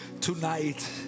tonight